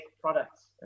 products